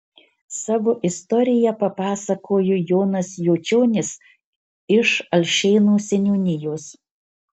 savo istoriją papasakojo jonas jočionis iš alšėnų seniūnijos